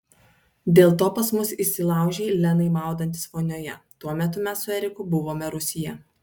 dėl to pas mus įsilaužei lenai maudantis vonioje tuo metu mes su eriku buvome rūsyje